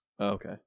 Okay